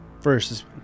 first